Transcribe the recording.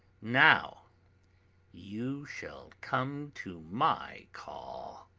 now you shall come to my call.